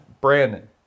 Brandon